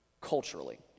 culturally